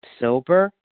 sober